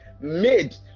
made